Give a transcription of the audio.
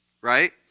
right